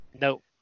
Nope